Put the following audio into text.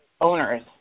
owners